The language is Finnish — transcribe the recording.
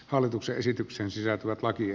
hallituksen esitykseen sisältyvät laki